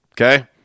okay